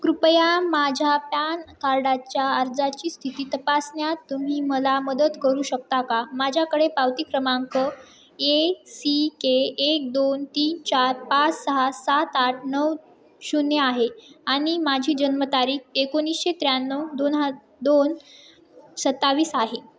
कृपया माझ्या पॅन कार्डाच्या अर्जाची स्थिती तपासण्यात तुम्ही मला मदत करू शकता का माझ्याकडे पावती क्रमांक ए सी के एक दोन तीन चार पाच सहा सात आठ नऊ शून्य आहे आणि माझी जन्मतारीख एकोणीसशे त्र्याण्णव दोन हा दोन सत्तावीस आहे